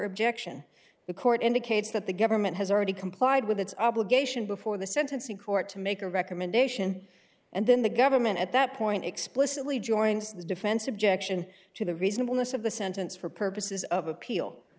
objection the court indicates that the government has already complied with its obligation before the sentencing court to make a recommendation and then the government at that point explicitly joins the defense objection to the reasonableness of the sentence for purposes of appeal